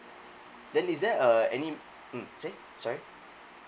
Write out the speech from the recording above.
then is there uh any mm say sorry